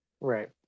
Right